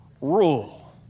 Rule